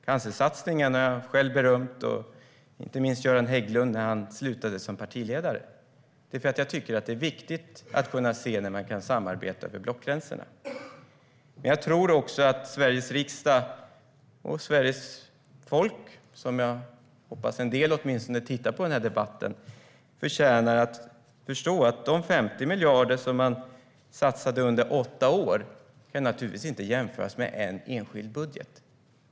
Cancersatsningen har jag själv berömt - och inte minst Göran Hägglund, när han slutade som partiledare - eftersom jag tycker att det är viktigt att kunna se när man kan samarbeta över blockgränsen. Jag tror också att Sveriges riksdag och Sveriges folk - jag hoppas att åtminstone en del tittar på denna debatt - förstår att de 50 miljarder som man satsade under åtta år naturligtvis inte kan jämföras med det som satsas i en enskild budget.